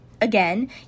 Again